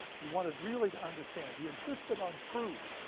he wanted really to understand. he insisted on proof.